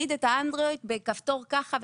האנדרואיד בכפתור כך וכך,